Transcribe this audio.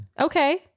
Okay